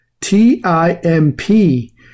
T-I-M-P